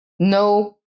no